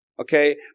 Okay